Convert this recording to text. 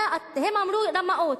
הם אמרו "רמאות",